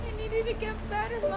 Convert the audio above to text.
need you to get better